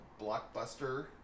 blockbuster